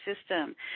system